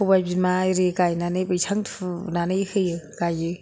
सबाइ बिमा आरि गायनानै बैसां थुनानै होयो गायो